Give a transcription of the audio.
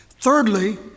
Thirdly